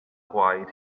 gwaed